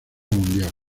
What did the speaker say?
mundial